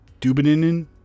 Dubinin